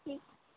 ঠিক